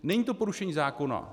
Není to porušení zákona.